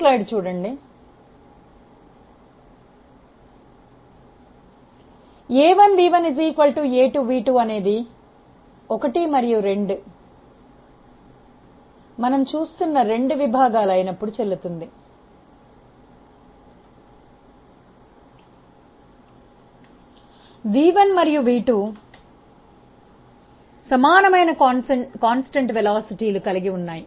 A1V1A2V2 అనేది 1 మరియు 2 లు మనం చూస్తున్న రెండు విభాగాలు అయినప్పుడు చెల్లుతుంది V1 మరియు V2 సమానమైన స్థిరమైన వేగాలు కలిగి ఉన్నాయి